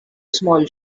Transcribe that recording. small